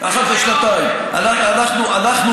מחדשים אחת לשנתיים, לא אחת לשנה.